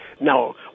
Now